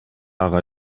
ага